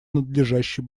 надлежащий